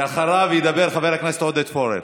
ואחריו ידבר חבר הכנסת עודד פורר.